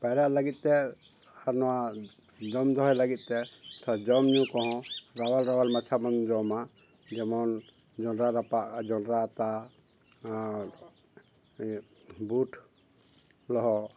ᱯᱟᱭᱨᱟᱜ ᱞᱟᱹᱜᱤᱫ ᱛᱮ ᱟᱨ ᱱᱚᱣᱟ ᱡᱚᱢ ᱫᱚᱦᱚᱭ ᱞᱟᱹᱜᱤᱫ ᱛᱮ ᱡᱚᱢ ᱧᱩ ᱠᱚᱦᱚᱸ ᱨᱟᱣᱟᱞ ᱨᱟᱣᱟᱞ ᱢᱟᱪᱷᱟ ᱵᱚᱱ ᱡᱚᱢᱟ ᱡᱮᱢᱚᱱ ᱡᱚᱸᱰᱨᱟ ᱨᱟᱯᱟᱜ ᱡᱚᱸᱰᱨᱟ ᱟᱛᱟ ᱟᱨ ᱵᱩᱴ ᱞᱚᱦᱚᱫ